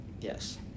Yes